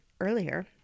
earlier